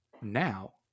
Now